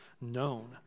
known